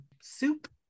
soup